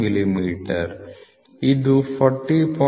The value of fundamental tolerance i i 0